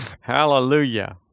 Hallelujah